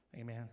Amen